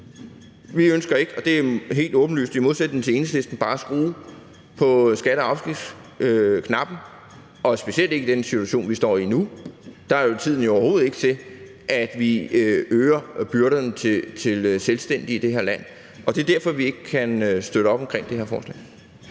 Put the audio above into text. Vi ønsker ikke, og det er helt åbenlyst, i modsætning til Enhedslisten bare at skrue på skatte- og afgiftsknappen, og specielt ikke i den situation, vi står i nu, for der er tiden jo overhovedet ikke til, at vi øger byrderne for selvstændige i det her land, og det er derfor, vi ikke kan støtte op om det her forslag.